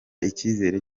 icyizere